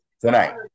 Tonight